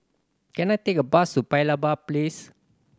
can I take a bus to Paya Lebar Place